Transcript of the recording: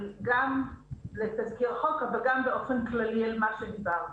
גם לתזכיר החוק אבל גם באופן כללי על מה שדיברת: